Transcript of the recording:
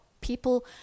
people